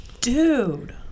Dude